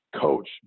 coach